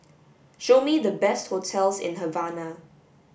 show me the best hotels in Havana